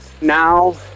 now